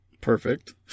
Perfect